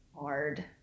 hard